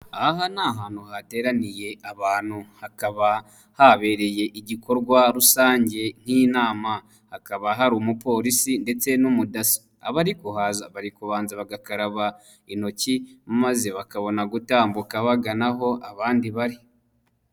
Aha ni ahantu hateraniye abantu, hakaba habereye igikorwa rusange nk'inama, hakaba hari umupolisi ndetse n'umudaso, abariza kuhaza bari kubanza bagakaraba intoki maze bakabona gutambuka bagana aho, abandi bari.